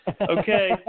okay